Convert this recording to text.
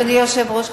אדוני היושב-ראש,